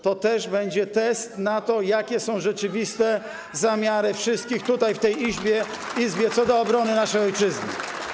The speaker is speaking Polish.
To też będzie test na to, jakie są rzeczywiste zamiary wszystkich tutaj w tej Izbie co do obrony naszej ojczyzny.